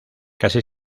casi